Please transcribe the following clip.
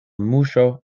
muŝo